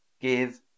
give